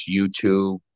YouTube